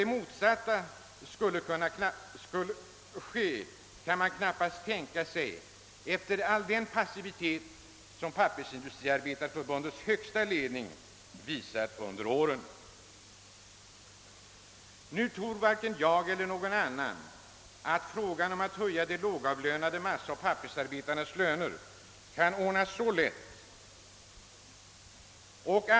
En aktion från det motsatta hållet skulle dock knappast kunna tänkas efter all den passivitet, som Pappersindustriarbetareförbundets ledning visat under åren. Nu tror varken jag eller någon annan att frågan om att höja de lågavlö nade massaoch pappersarbetarnas löner kan ordnas så lätt.